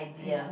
ya